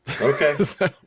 Okay